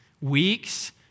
weeks